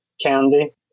Candy